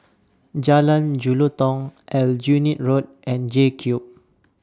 Jalan Jelutong Aljunied Road and JCube